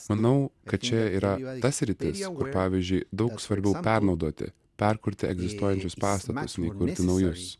manau kad čia kur pavyzdžiui daug svarbiau pernaudoti perkurti egzistuojančius pastatus nei kurti naujus